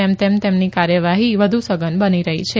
તેમ તેમ તેમની કાર્યવાહી વધુ સઘન બની રહી છે